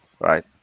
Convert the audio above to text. Right